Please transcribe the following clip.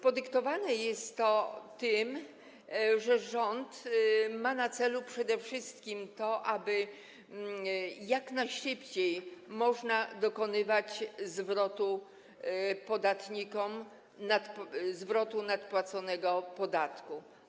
Podyktowane jest to tym, że rząd ma na celu przede wszystkim to, aby jak najszybciej można dokonywać zwrotu podatnikom nadpłaconego podatku.